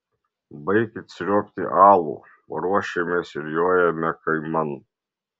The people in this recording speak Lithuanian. baikit sriuobti alų ruošiamės ir jojame kaiman